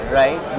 right